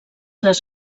les